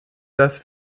das